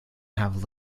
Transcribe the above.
have